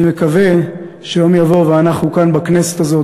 אני מקווה שיום יבוא ואנחנו כאן בכנסת הזאת,